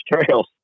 trails